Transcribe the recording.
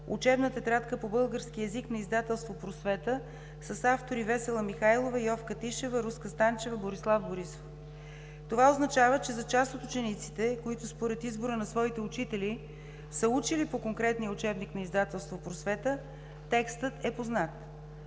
учебна тетрадка по български език на издателство „Просвета“ с автори Весела Михайлова, Йовка Тишева, Руска Станчева, Борислав Борисов. Това означава, че за част от учениците, които според избора на своите учители са учили по конкретния учебник на издателство „Просвета“, тестът е познат.